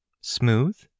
Smooth